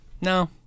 no